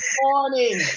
morning